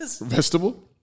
Vegetable